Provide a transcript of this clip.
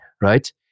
right